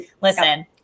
listen